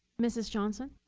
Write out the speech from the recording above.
mrs. johnson.